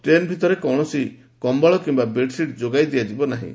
train ଭିତରେ କୌଣସି କମ୍ବଳ କିମ୍ବା ବେଡ୍ସିଟ୍ ଯୋଗାଇ ଦିଆଯିବ ନାହିଁ